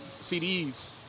CDs